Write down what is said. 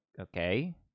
okay